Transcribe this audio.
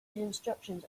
instructions